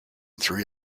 three